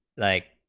like